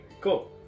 Cool